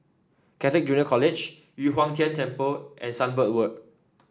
Catholic Junior College Yu Huang Tian Temple and Sunbird word